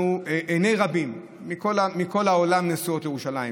עיני רבים מכל העולם נשואות לירושלים,